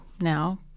now